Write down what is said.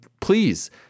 please